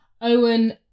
Owen